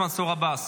תודה,